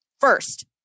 First